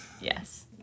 Yes